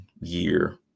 year